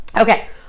Okay